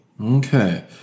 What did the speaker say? Okay